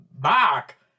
back